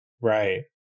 right